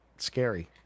scary